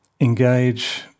engage